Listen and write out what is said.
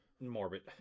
morbid